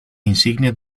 insignias